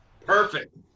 Perfect